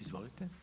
Izvolite.